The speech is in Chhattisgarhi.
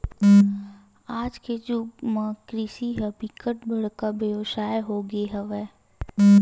आज के जुग म कृषि ह बिकट बड़का बेवसाय हो गे हवय